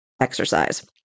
exercise